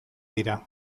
dira